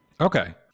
okay